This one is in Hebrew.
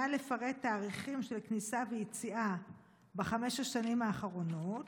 נא לפרט תאריכים של כניסה ויציאה בחמש שנים האחרונות.